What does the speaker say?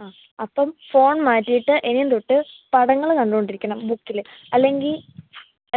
ആ അപ്പം ഫോൺ മാറ്റിയിട്ട് ഇനി തൊട്ട് പടങ്ങൾ കണ്ടുകൊണ്ടിരിക്കണം ബുക്കില് അല്ലെങ്കിൽ